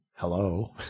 Hello